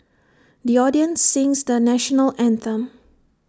the audience sings the National Anthem